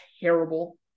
terrible